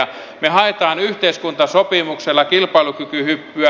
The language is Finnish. me haemme yhteiskuntasopimuksella kilpailukykyhyppyä